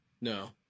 no